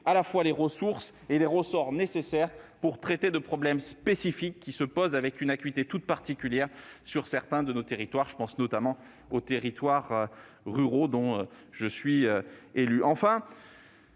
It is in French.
de trouver les ressources et les ressorts nécessaires pour traiter des problèmes spécifiques qui se posent avec une acuité toute particulière sur certains de nos territoires- je pense notamment aux territoires ruraux, dont je suis élu. Enfin,